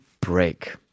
break